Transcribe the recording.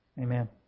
Amen